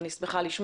אני שמחה לשמוע.